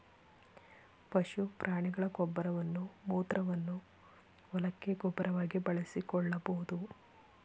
ಪಶು ಪ್ರಾಣಿಗಳ ಗೊಬ್ಬರವನ್ನು ಮೂತ್ರವನ್ನು ಹೊಲಕ್ಕೆ ಗೊಬ್ಬರವಾಗಿ ಬಳಸಿಕೊಳ್ಳಬೋದು